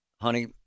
Honey